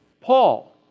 Paul